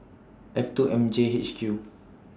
F two M J H Q